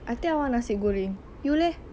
I think I want nasi goreng you leh